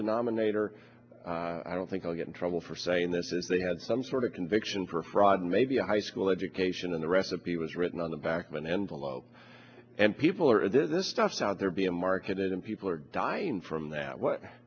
denominator i don't think i'll get in trouble for saying this is they had some sort of conviction for fraud and maybe a high school education in the recipe was written on the back of an envelope and people are this stuff out there being marketed and people are dying from that what